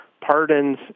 pardons